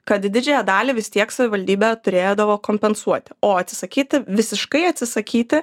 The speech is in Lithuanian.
kad didžiąją dalį vis tiek savivaldybė turėdavo kompensuoti o atsisakyti visiškai atsisakyti